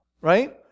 right